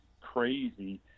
crazy